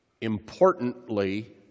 importantly